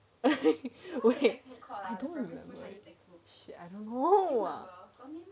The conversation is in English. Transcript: wait I don't remember shit I don't know